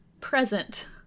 present